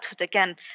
again